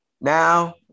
now